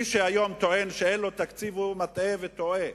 מי שהיום טוען שאין לו תקציב, מטעה וטועה.